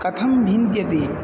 कथं भिद्यते